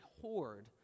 hoard